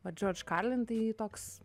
vat george carlin tai toks